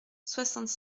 soixante